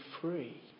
free